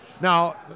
Now